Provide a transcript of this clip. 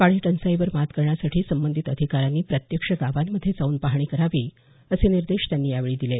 पाणी टंचाईवर मात करण्यासाठी संबंधित अधिकाऱ्यांनी प्रत्यक्ष गावांमध्ये जाऊन पाहणी करावी असे निर्देश त्यांनी यावेळी दिले